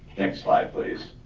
next slide, please.